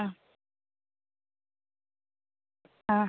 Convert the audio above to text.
ஆ ஆ